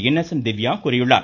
Innocent Divya கூறியுள்ளார்